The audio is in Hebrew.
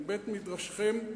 מבית-מדרשכם,